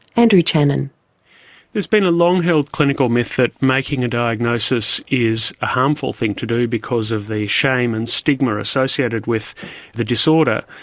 andrew channen there's been a long-held clinical myth that making a diagnosis is a harmful thing to do because of the shame and stigma associated with the disorder.